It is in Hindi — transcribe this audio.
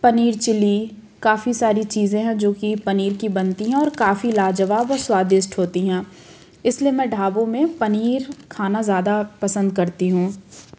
पनीर चिल्ली काफ़ी सारे चीज़ें हैं जो कि पनीर की बनती हैं और काफ़ी लाजवाब और स्वादिष्ट होती हैं इसलिए मैं ढाबों में पनीर खाना ज़्यादा पसंद करती हूँ